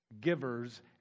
givers